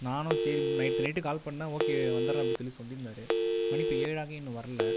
நானும் சரி நேற்று நைட் கால் பண்ணேன் ஓகே வந்துடறேன் அப்படின்னு சொல்லி சொல்லியிருந்தார் மணி இப்போ ஏழு ஆகியும் இன்னும் வரல